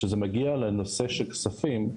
כשזה מגיע לנושא של כספים,